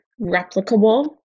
replicable